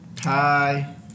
Hi